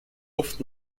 luft